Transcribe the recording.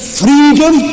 freedom